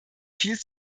viel